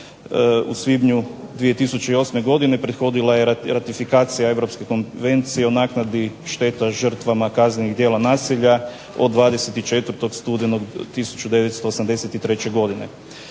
u svibnju 2008. godine prethodila je ratifikacija Europske konvencije o naknadi štete žrtvama kaznenih djela nasilja od 24. studenog 1983. godine.